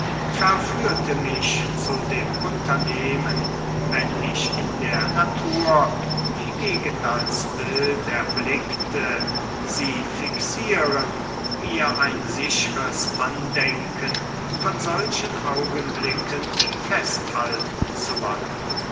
verführte mich zu dem unternehmen wenn ich in der natur die gegend als bild erblickte sie fixieren mir ein sichres andenken von solchen augenblicken festhalten zu wollen